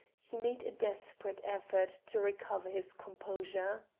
he made a desperate effort to recover his composure.